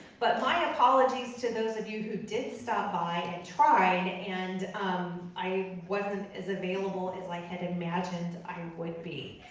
but my apologies to those of you who did stop by and tried and um i wasn't as available as i like had imagined i would be.